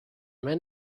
men